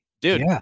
Dude